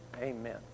Amen